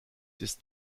ist